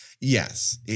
Yes